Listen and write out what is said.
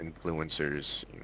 influencers